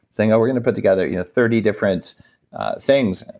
saying oh, we're going to put together you know thirty different things.